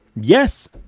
Yes